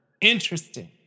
Interesting